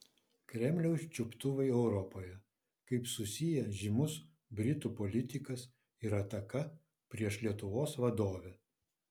kremliaus čiuptuvai europoje kaip susiję žymus britų politikas ir ataka prieš lietuvos vadovę